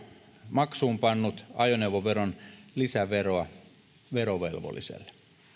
maksuunpannut ajoneuvoveron lisäveroa verovelvolliselle